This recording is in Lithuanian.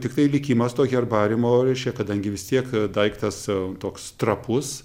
tiktai likimas to herbariumo reiškia kadangi vis tiek daiktas toks trapus